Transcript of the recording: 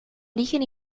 origen